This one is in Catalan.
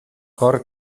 cor